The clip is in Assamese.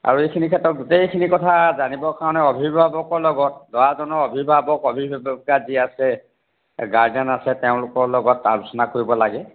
আৰু এইখিনি ক্ষেত্ৰত গোটেইখিনি কথা জানিবৰ কাৰণে অভিভাৱকৰ লগত ল'ৰাজনৰ অভিভাৱক অভিভাৱক আদিব আছে এই গাৰ্জেন আছে তেওঁলোকৰ লগত আলোচনা কৰিব লাগে